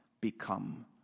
become